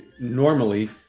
normally